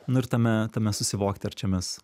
nu ir tame tame susivokti ar čia mes